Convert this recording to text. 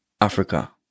Africa